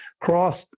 cross